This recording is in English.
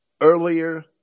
earlier